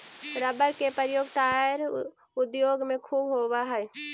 rubber के उपयोग tyre उद्योग में ख़ूब होवऽ हई